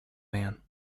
man